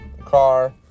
car